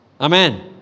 Amen